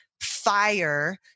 fire